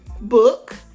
book